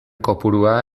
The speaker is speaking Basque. kopurua